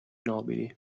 nobili